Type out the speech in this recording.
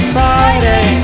Friday